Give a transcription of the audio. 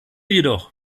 jedoch